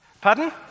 Pardon